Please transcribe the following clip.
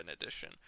Edition